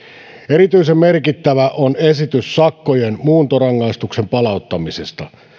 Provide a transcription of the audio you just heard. erityisen merkittävä on esitys sakkojen muuntorangaistuksen palauttamisesta